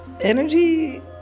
energy